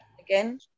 again